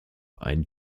einen